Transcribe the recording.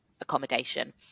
accommodation